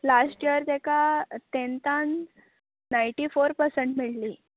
last year तेका तेंथान ninety four percent मेळ्ळी